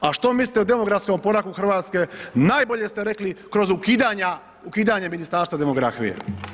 A što mislite o demografskom oporavku Hrvatske najbolje ste rekli kroz ukidanja Ministarstva demografije.